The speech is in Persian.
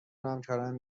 وهمکارانم